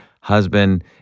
husband